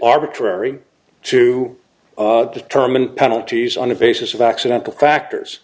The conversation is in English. arbitrary to determine penalties on the basis of accidental factors